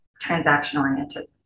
transaction-oriented